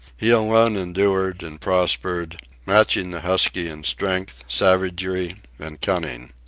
he alone endured and prospered, matching the husky in strength, savagery, and cunning.